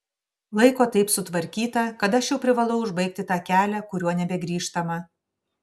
laiko taip sutvarkyta kad aš jau privalau užbaigti tą kelią kuriuo nebegrįžtama